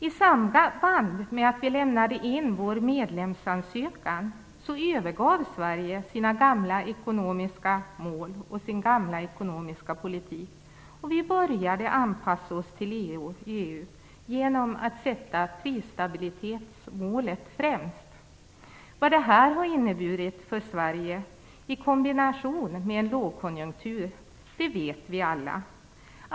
I samband med att vi lämnade in vår medlemsansökan övergav Sverige sina gamla ekonomiska mål och sin gamla ekonomiska politik. Vi började att anpassa oss till EU genom att sätta målet prisstabilitet främst. Vad detta i kombination med en lågkonjunktur har inneburit för Sverige vet vi alla.